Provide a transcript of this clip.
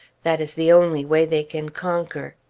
that is the only way they can conquer.